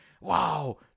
wow